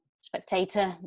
spectator